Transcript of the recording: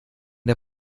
der